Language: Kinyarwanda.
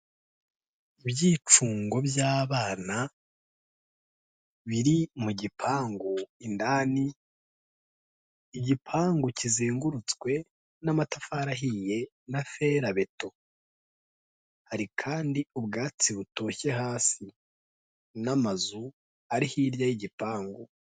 Ibyicungo by'abana biri mu gipangu indani, igipangu kizengurutswe n'amatafari ahiye na ferabeto, hari kandi ubwatsi butoshye hasi n'amazu ari hirya y'igipangu.